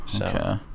okay